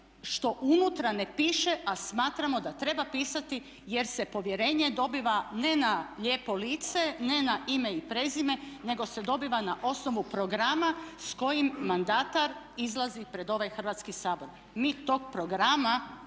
što unutra ne piše a smatramo da treba pisati jer se povjerenje dobiva ne na lijepo lice, ne na ime i prezime nego se dobiva na osnovu programa s kojim mandatar izlazi pred ovaj Hrvatski sabor. Mi tog programa